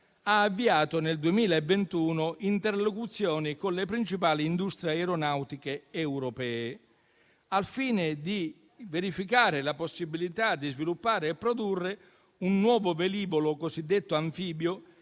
ha avviato nel 2021 interlocuzioni con le principali industrie aeronautiche europee, al fine di verificare la possibilità di sviluppare e produrre un nuovo velivolo, cosiddetto anfibio,